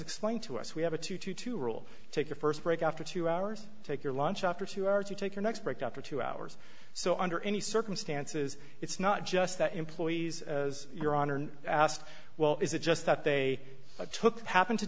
explained to us we have a two to two rule take your st break after two hours take your lunch after two hours you take your next break after two hours so under any circumstances it's not just that employees as your honor asked well is it just that they took happened to